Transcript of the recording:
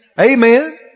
Amen